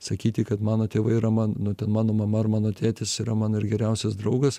sakyti kad mano tėvai yra man nu ten mano mama ar mano tėtis yra mano ir geriausias draugas